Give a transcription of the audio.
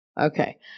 Okay